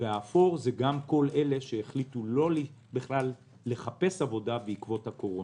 והאפור זה גם כל אלה שהחליטו לא לחפש עבודה בגלל הקורונה.